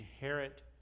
inherit